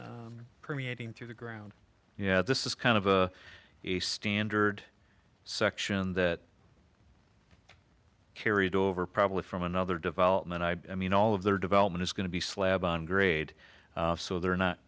permeating through the ground yeah this is kind of a a standard section that carried over probably from another development i mean all of their development is going to be slab on grade so they're not